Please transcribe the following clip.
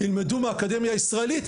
ילמדו מהאקדמיה הישראלית,